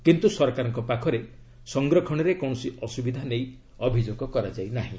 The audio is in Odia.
କିନ୍ତୁ ସରକାରଙ୍କ ପାଖରେ ସଂରକ୍ଷଣରେ କୌଣସି ଅସୁବିଧା ନେଇ ଅଭିଯୋଗ କରାଯାଇ ନାହିଁ